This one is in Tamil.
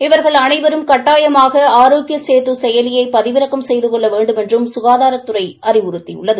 இவர்கள் அளைவரும் கட்டாயமாக ஆரோக்கிய சேது செயலியை பதிவிறக்கம செய்து கொள்ள வேண்டுமென்றும் சுகாதாரத்துறை அறிவுறுத்தியுள்ளது